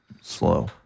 slow